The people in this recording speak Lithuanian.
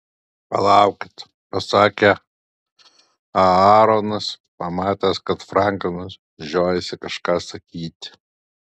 palaukit pasakė aaronas pamatęs kad franklinas žiojasi kažką sakyti